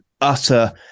utter